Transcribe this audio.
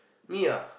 Nia